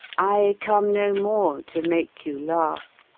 i come no more to make you laugh,